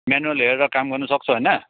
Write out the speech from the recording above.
manual हेरेर काम गर्नु सक्छौ हैन